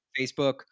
Facebook